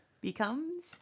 Becomes